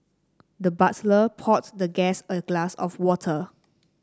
the butler poured the guest a glass of water